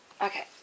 Okay